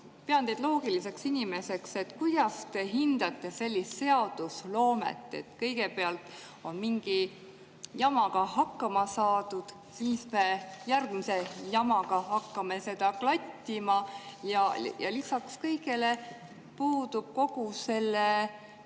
Pean teid loogiliseks inimeseks. Kuidas te hindate sellist seadusloomet, et kõigepealt on mingi jamaga hakkama saadud ja siis järgmise jamaga me hakkame seda klattima? Lisaks kõigele puudub kogu selle